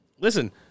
listen